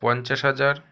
পঞ্চাশ হাজার